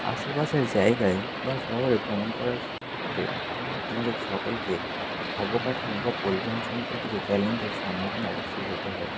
আশেপাশে জায়গায় বা শহরে ভ্রমণ করার ক্ষেত্রে আমাদের সকলকে অবকাঠামো বা পরিবহন সম্পর্কিত চ্যালেঞ্জের সম্মুখীন অবশ্যই হতে হয়